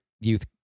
youth